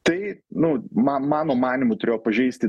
tai nu man mano manymu turėjo pažeisti